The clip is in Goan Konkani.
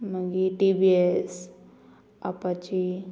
मागीर टी बी एस आपाची